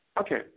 Okay